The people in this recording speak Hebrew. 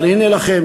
אבל הנה לכם,